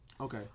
Okay